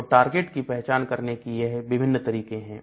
तो टारगेट की पहचान करने की यह विभिन्न तरीके हैं